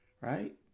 Right